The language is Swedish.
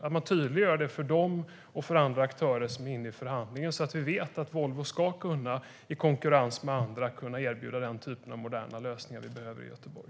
Man borde tydliggöra detta för dem och andra aktörer som deltar i förhandlingarna. Volvo borde i konkurrens med andra kunna erbjuda den typen av moderna lösningar som behövs i Göteborg.